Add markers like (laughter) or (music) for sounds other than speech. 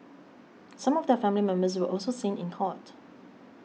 (noise) some of their family members were also seen in court